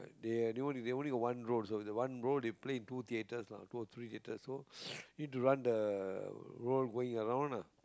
they uh they only they only got one roll also the one roll they play in two theaters lah so three theater so need to run the roll going around lah